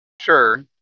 sure